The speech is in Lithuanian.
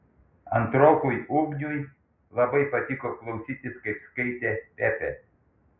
antrokui ugniui labai patiko klausytis kaip skaitė pepė